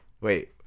Wait